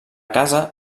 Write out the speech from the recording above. casa